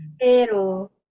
Pero